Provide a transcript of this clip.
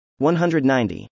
190